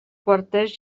quarters